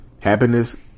Happiness